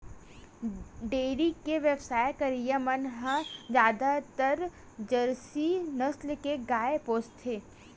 dairy के बेवसाय करइया मन ह जादातर जरसी नसल के गाय पोसथे